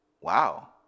wow